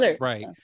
right